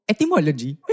Etymology